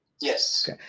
Yes